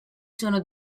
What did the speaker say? sono